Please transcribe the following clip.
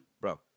Bro